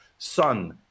Son